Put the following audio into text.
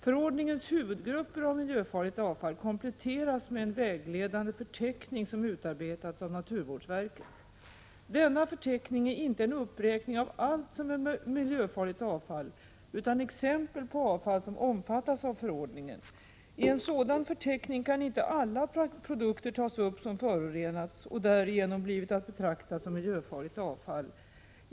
Förordningens huvudgrupper av miljöfarligt avfall kompletteras med en vägledande förteckning som utarbetats av naturvårdsverket. Denna förteckning är inte en uppräkning av allt som är miljöfarligt avfall utan exempel på avfall som omfattas av förordningen. I en sådan förteckning kan inte alla produkter tas upp som förorenats och därigenom blivit att betrakta som miljöfarligt avfall.